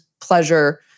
pleasure